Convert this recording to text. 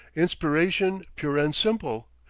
inspiration, pure and simple.